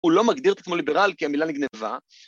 ‫הוא לא מגדיר את עצמו ליברל ‫כי המילה נגנבה.